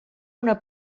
una